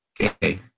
okay